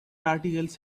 articles